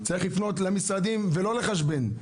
צריך לפנות למשרדים ולא לחשבן.